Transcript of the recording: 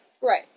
Right